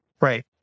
Right